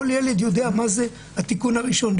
כל ילד יודע מה זה התיקון הראשון,